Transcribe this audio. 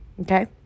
Okay